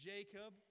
Jacob